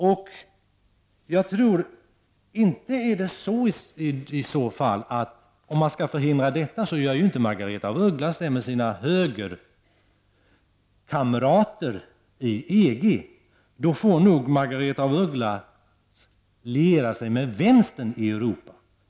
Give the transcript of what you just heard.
utvecklas till en försvarsunion, så gör hon ju inte det tillsammans med sina högerkamrater i EG, utan då får nog Margaretha af Ugglas liera sig med vänstern i europa.